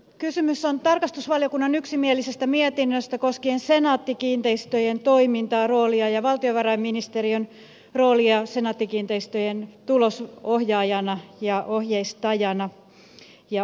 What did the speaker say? kysymys on tarkastusvaliokunnan yksimielisestä mietinnöstä koskien senaatti kiinteistöjen toimintaa ja roolia sekä valtiovarainministeriön roolia senaatti kiinteistöjen tulosohjaajana ohjeistajana ja omistajaohjaajana